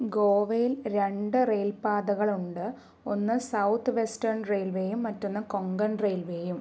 ഗോവയിൽ രണ്ട് റെയിൽ പാതകളുണ്ട് ഒന്ന് സൗത്ത് വെസ്റ്റേൺ റെയിൽവേയും മറ്റൊന്ന് കൊങ്കൺ റെയിൽവേയും